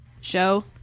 Show